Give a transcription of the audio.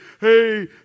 Hey